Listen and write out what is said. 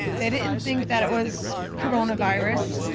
they didn't think that it was coronavirus,